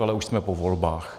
Ale už jsme po volbách.